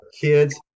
kids